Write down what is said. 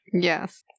Yes